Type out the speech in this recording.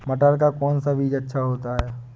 मटर का कौन सा बीज अच्छा होता हैं?